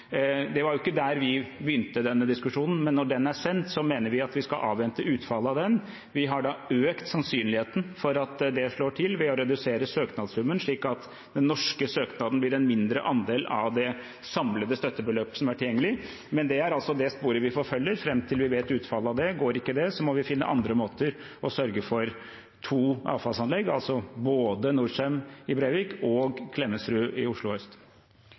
det var ikke der vi begynte denne diskusjonen – skal vi avvente utfallet av den. Vi har da økt sannsynligheten for at det slår til ved å redusere søknadssummen, slik at den norske søknaden blir en mindre andel av det samlede støttebeløpet som er tilgjengelig. Det er det sporet vi forfølger fram til vi vet utfallet av det. Går ikke det, må vi finne andre måter å sørge for to avfallsanlegg på, altså både Norcem i Brevik og Klemetsrud i Oslo øst.